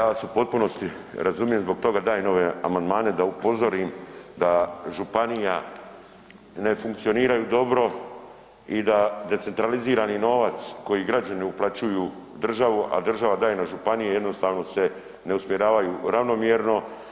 Ja vas u potpunosti razumijem, zbog toga dajem ove amandmane da upozorim da županija ne funkcioniraju dobro i da decentralizirani novac koji građani uplaćuju u državu, a država daje na županije, jednostavno se ne usmjeravaju ravnomjerno.